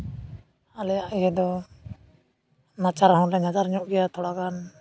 ᱟᱞᱮᱭᱟᱜ ᱤᱭᱟᱹ ᱫᱚ ᱢᱟᱪᱟ ᱨᱮᱦᱚᱸ ᱜᱟᱪᱟᱨ ᱧᱚᱜ ᱜᱮᱭᱟ ᱛᱷᱚᱲᱟᱜᱟᱱ